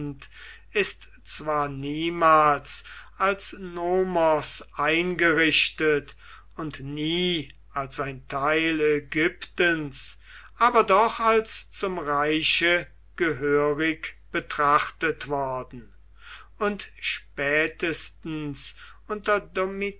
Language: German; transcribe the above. ist zwar niemals als nomos eingerichtet und nie als ein teil ägyptens aber doch als zum reiche gehörig betrachtet worden und spätestens unter